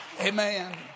Amen